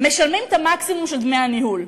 משלמים את המקסימום של דמי הניהול.